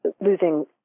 losing